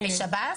לשב"ס?